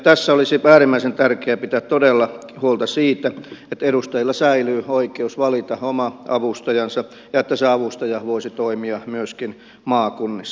tässä olisi äärimmäisen tärkeä pitää todella huolta siitä että edustajilla säilyy oikeus valita oma avustajansa ja että se avustaja voisi toimia myöskin maakunnissa